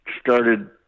started